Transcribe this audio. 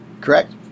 Correct